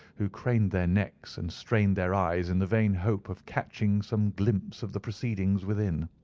who craned their necks and strained their eyes in the vain hope of catching some glimpse of the proceedings within.